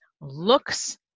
looks